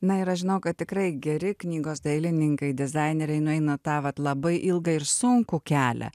na ir aš žinau kad tikrai geri knygos dailininkai dizaineriai nueina tą vat labai ilgą ir sunkų kelią